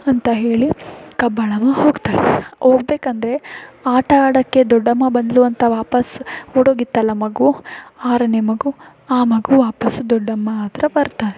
ಅಂತ ಹೇಳಿ ಕಬ್ಬಾಳಮ್ಮ ಹೋಗ್ತಾಳೆ ಹೋಗ್ಬೇಕಂದ್ರೆ ಆಟ ಆಡೋಕ್ಕೆ ದೊಡ್ಡಮ್ಮ ಬಂದ್ಳು ಅಂತ ವಾಪಸ್ ಓಡೋಗಿತ್ತಲ್ಲ ಮಗು ಆರನೇ ಮಗು ಆ ಮಗು ವಾಪಸ್ ದೊಡ್ಡಮ್ಮ ಹತ್ರ ಬರ್ತಾನೆ